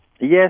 yes